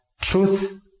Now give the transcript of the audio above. truth